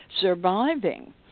surviving